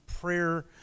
prayer